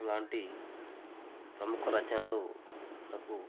ఆలాంటి ప్రముఖ రచనలు మనకు